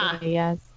yes